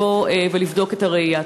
לבוא ולבדוק את הראייה?